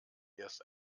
erst